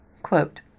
Quote